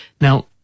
now